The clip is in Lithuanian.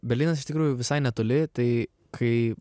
berlynas iš tikrųjų visai netoli tai kai